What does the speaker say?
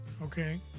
Okay